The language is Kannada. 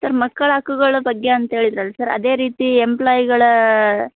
ಸರ್ ಮಕ್ಕಳ ಹಕ್ಕುಗಳ ಬಗ್ಗೆ ಅಂತ ಹೇಳಿದ್ರಲ್ ಸರ್ ಅದೇ ರೀತಿ ಎಂಪ್ಲಾಯ್ಗಳ